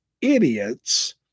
idiots